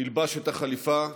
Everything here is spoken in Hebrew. נלבש את החליפה,